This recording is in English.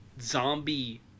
zombie